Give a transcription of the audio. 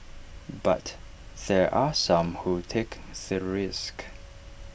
but there are some who take the risk